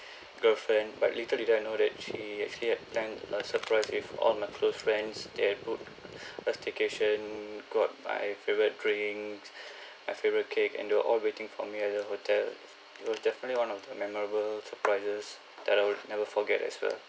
girlfriend but little did I know that she actually had planned a surprise with all my close friends they booked a staycation got my favourite drinks my favourite cake and they were all waiting for me at the hotel it was definitely one of the memorable surprises that I will never forget as well